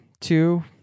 Two